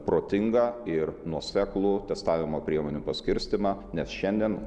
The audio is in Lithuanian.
protingą ir nuoseklų testavimo priemonių paskirstymą nes šiandien